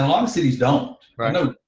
um cities don't. i know,